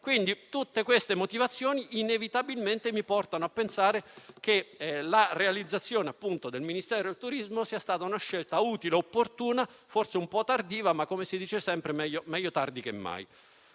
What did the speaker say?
Quindi, tutte queste motivazioni inevitabilmente mi portano a pensare che la realizzazione del Ministero del turismo sia stata una scelta utile e opportuna, forse un po' tardiva, ma, come si dice sempre, meglio tardi che mai.